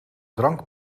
drank